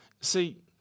See